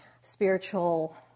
Spiritual